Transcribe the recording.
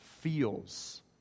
feels